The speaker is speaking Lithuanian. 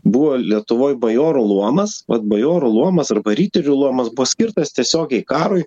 buvo lietuvoj bajorų luomas vat bajorų luomas arba riterių luomas buvo skirtas tiesiogiai karui